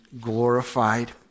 glorified